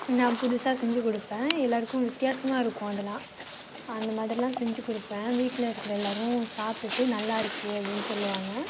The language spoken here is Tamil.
நான் புதுசாக செஞ்சிக் கொடுப்பேன் எல்லாருக்கும் வித்தியாசமாக இருக்கும் அதெலாம் அந்த மாதிரி எல்லாம் செஞ்சிக் கொடுப்பேன் வீட்டில் இருக்கிற எல்லாரும் சாப்பிடுட்டு நல்லா இருக்கு அப்படின் சொல்லுவாங்க